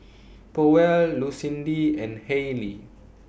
Powell Lucindy and Haylie